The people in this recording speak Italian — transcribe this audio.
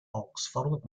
oxford